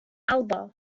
alba